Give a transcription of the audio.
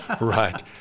right